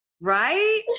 Right